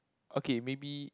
okay maybe